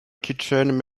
kitchen